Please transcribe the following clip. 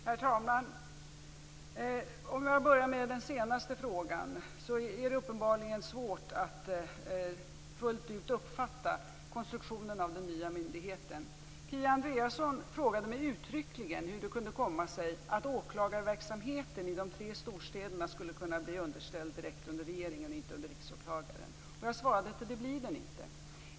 Herr talman! Beträffande den sista frågan är det uppenbarligen svårt att fullt ut uppfatta konstruktionen av den nya myndigheten. Kia Andreasson frågade mig uttryckligen hur det kunde komma sig att åklagarverksamheten i de tre storstäderna skulle kunna bli direkt underställd regeringen och inte Riksåklagaren. Jag svarade att den inte blir det.